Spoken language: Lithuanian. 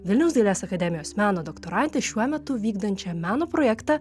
vilniaus dailės akademijos meno doktorantę šiuo metu vykdančią meno projektą